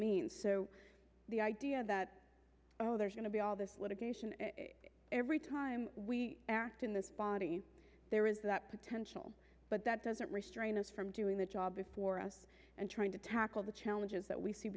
means the idea that oh there's going to be all this litigation and every time we act in this body there is that potential but that doesn't restrain us from doing the job for us and trying to tackle the challenges that we see